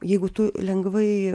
jeigu tu lengvai